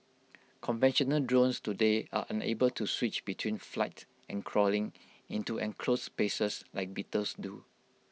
conventional drones today are unable to switch between flight and crawling into enclosed spaces like beetles do